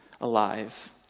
alive